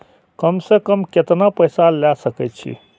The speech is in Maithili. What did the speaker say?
कम से कम केतना पैसा ले सके छी?